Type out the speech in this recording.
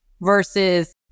versus